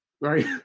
Right